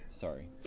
Sorry